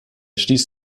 stieß